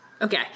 Okay